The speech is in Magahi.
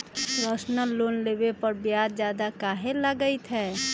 पर्सनल लोन लेबे पर ब्याज ज्यादा काहे लागईत है?